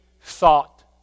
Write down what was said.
thought